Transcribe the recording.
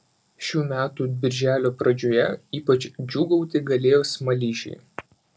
šių metų birželio pradžioje ypač džiūgauti galėjo smaližiai